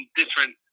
different